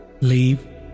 Leave